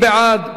רבותי, מי בעד?